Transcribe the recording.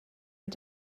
mit